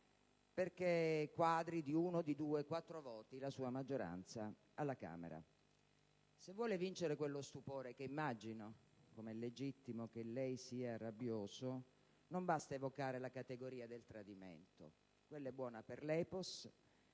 perché quadri, di uno, di due o di quattro voti la sua maggioranza alla Camera dei deputati. Se vuole vincere quello stupore (immagino, come è legittimo, che lei sia rabbioso), non basta evocare la categoria del tradimento: quella è buona per l'*epos*,